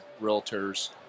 realtors